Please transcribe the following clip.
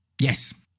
yes